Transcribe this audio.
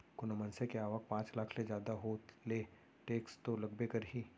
कोनो मनसे के आवक पॉच लाख ले जादा हो ले टेक्स तो लगबे करथे